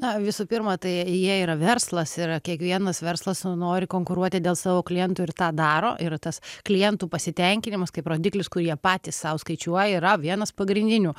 na visų pirma tai jie yra verslas ir kiekvienas verslas nori konkuruoti dėl savo klientų ir tą daro ir tas klientų pasitenkinimas kaip rodiklis kurį jie patys sau skaičiuoja yra vienas pagrindinių